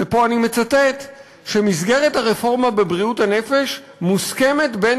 ופה אני מצטט: "מסגרת הרפורמה בבריאות הנפש מוסכמת בין